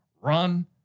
Run